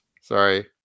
Sorry